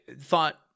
thought